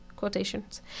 quotations